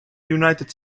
united